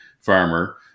farmer